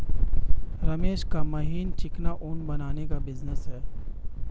रमेश का महीन चिकना ऊन बनाने का बिजनेस है